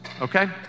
okay